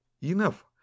Enough